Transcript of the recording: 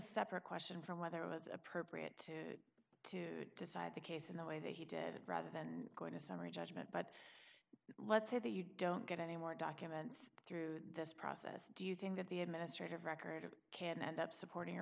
separate question from whether it was appropriate to decide the case in the way that he did it rather than going to summary judgment but let's say that you don't get any more documents through this process do you think that the administrative record of can end up supporting your